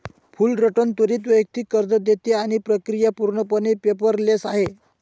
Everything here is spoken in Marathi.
फुलरटन त्वरित वैयक्तिक कर्ज देते आणि प्रक्रिया पूर्णपणे पेपरलेस आहे